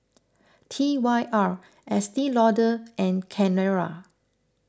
T Y R Estee Lauder and Carrera